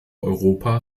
europa